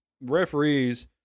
referees